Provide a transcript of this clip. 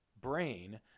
brain